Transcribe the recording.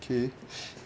K